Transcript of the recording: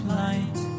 light